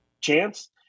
chance